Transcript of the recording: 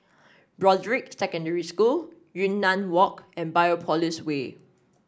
Broadrick Secondary School Yunnan Walk and Biopolis Way